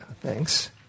Thanks